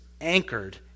anchored